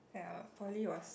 ya poly was